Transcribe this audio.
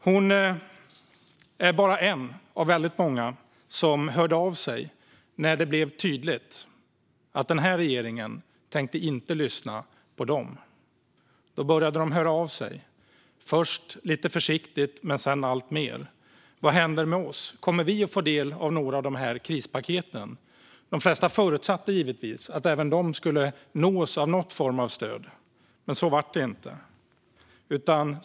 Hon är bara en av väldigt många som hörde av sig när det blev tydligt att den här regeringen inte tänkte lyssna på dem. Då började de höra av sig - först lite försiktigt men sedan alltmer: Vad händer med oss? Kommer vi att få del av några av de här krispaketen? De flesta förutsatte givetvis att även de skulle nås av någon form av stöd. Så blev det dock inte.